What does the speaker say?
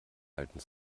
alten